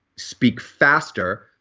speak faster,